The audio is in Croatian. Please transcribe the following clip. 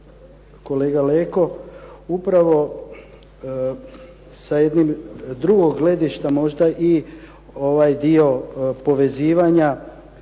kolega Leko upravo sa jednog drugog gledišta možda i ovaj dio povezivanja